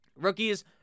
rookies